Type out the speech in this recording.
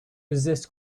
resist